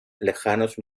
lejanos